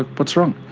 ah what's wrong?